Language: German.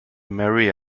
mary